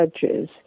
judges